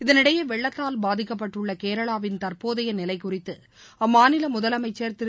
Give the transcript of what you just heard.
இதனிடையே வெள்ளத்தால் பாதிக்கப்பட்டுள்ள கேரளாவின் தற்போதைய நிலை குறித்து அம்மாநில முதலமைச்சர் திரு